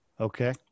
Okay